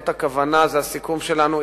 זאת הכוונה, זה הסיכום שלנו.